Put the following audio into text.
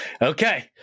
okay